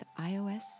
iOS